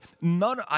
None